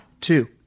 two